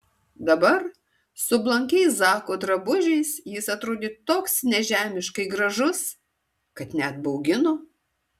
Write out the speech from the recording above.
dabar su blankiais zako drabužiais jis atrodė toks nežemiškai gražus kad net baugino